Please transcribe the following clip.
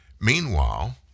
Meanwhile